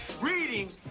reading